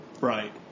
Right